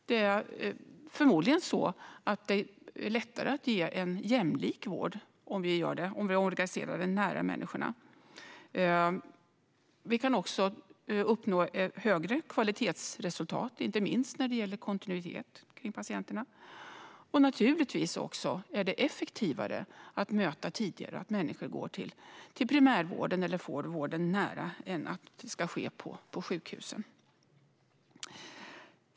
Det är förmodligen lättare att ge en jämlik vård om vi organiserar den nära människorna. Vi kan uppnå högre kvalitetsresultat, inte minst när det gäller kontinuitet kring patienterna. Naturligtvis är det också effektivare att möta människor tidigare och att de går till primärvården eller får vården nära än att den ska ske på sjukhusen.